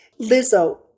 Lizzo